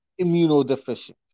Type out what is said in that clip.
immunodeficient